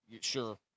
Sure